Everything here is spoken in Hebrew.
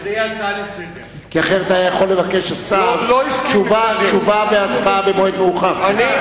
כי אחרת השר היה יכול לבקש תשובה והצבעה במועד מאוחר יותר.